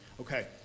Okay